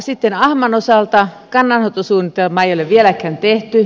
sitten ahman osalta kannanhoitosuunnitelmaa ei ole vieläkään tehty